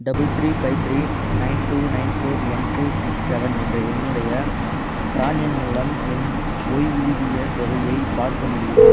double three five three nine two nine four one two six seven என்ற என்னுடைய PRAN எண் மூலம் என் ஓய்வூதியத் தொகையை பார்க்க முடியுமா